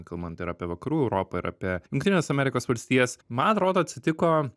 kalbant ir apie vakarų europą ir apie jungtines amerikos valstijas man atrodo atsitiko